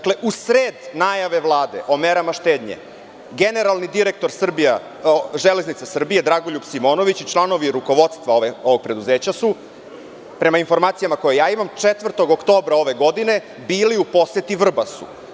Usled najave Vlade o merama štednje generalni direktor „Železnica Srbije“ Dragoljub Simonović i članovi rukovodstva ovog preduzeća su prema informacijama koje imam 4. oktobra ove godine bili u poseti Vrbasu.